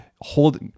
hold